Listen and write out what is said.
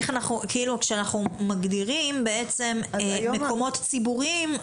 כשאנחנו מגדירים מקומות ציבוריים,